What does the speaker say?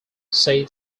said